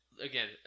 again